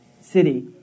city